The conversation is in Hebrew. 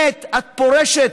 את פורשת,